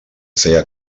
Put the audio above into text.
feia